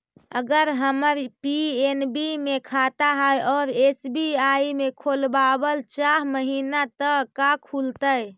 अगर हमर पी.एन.बी मे खाता है और एस.बी.आई में खोलाबल चाह महिना त का खुलतै?